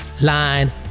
Line